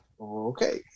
okay